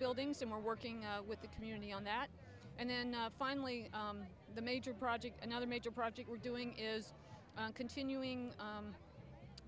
buildings and we're working with the community on that and then finally the major project another major project we're doing is continuing